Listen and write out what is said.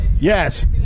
Yes